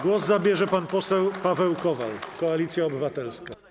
Głos zabierze pan poseł Paweł Kowal, Koalicja Obywatelska.